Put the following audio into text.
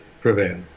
prevail